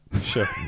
Sure